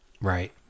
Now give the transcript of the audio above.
Right